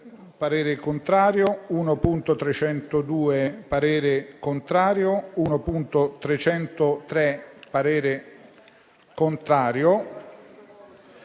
parere contrario